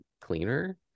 cleaner